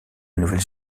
nouvelle